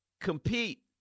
compete